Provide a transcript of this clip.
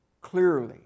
clearly